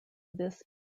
this